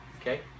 Okay